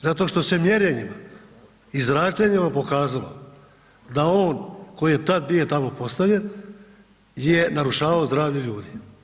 Zato što se mjerenjima zračenja pokazalo da on koji je tad prije tamo postavljen je narušavao zdravlje ljudi.